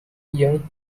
young